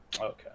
okay